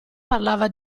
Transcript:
parlava